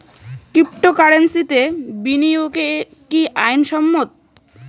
ক্রিপ্টোকারেন্সিতে বিনিয়োগ কি আইন সম্মত?